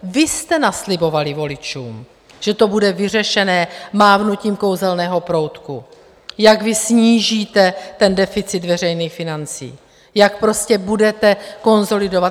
Vy jste naslibovali voličům, že to bude vyřešené mávnutím kouzelného proutku, jak vy snížíte ten deficit veřejných financí, jak prostě budete konsolidovat.